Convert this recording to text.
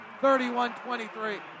31-23